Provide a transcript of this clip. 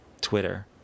Twitter